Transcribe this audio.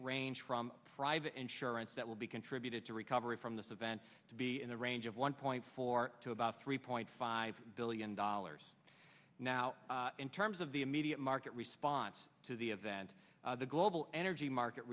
range from private insurance that will be contributed to recovering from this event to be in the range of one point four to about three point five billion dollars now in terms of the immediate market response to the event the global energy market